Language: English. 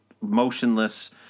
motionless